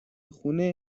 خونه